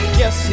yes